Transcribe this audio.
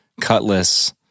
Cutlass